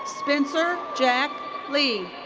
spencer jack lee.